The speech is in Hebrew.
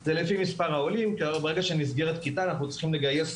זה לפי מספר העולים כי ברגע שנסגרת כיתה אנחנו צריכים לגייס